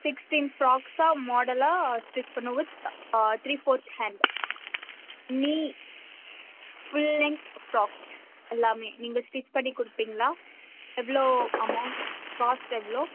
sixteen frocks தான் மாடலாக stitch பண்ணணும் த்ரீ ஃபோர்த் ஹேண்டு நீ ஃபுல் லென்த் ஃப்ராக்ஸ் எல்லாமே நீங்கள் ஸ்டிச் பண்ணி கொடுப்பிங்களா எவ்வளோ அமௌண்ட் காஸ்ட் எவ்வளோ